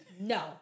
No